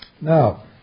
Now